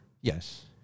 yes